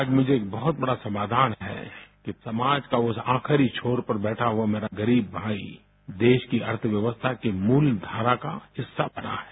आज मुझे बहुत बड़ा समाधान है कि समाज का वो आखिरी छोर पर बैठा हुआ मेरा गरीब भाई देश की अर्थव्यवस्था के मूलधारा का हिस्सा बना है